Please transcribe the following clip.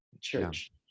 church